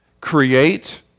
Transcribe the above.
create